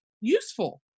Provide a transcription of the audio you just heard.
useful